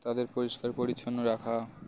তাদের পরিষ্কার পরিচ্ছন্ন রাখা